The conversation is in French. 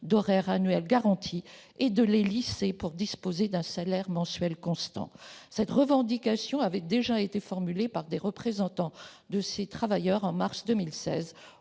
d'heures annuel garanti et de les lisser pour disposer d'un salaire mensuel constant. Cette revendication a déjà été formulée par des représentants de ces travailleurs au mois de